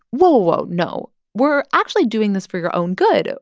whoa. whoa, no. we're actually doing this for your own good.